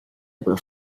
able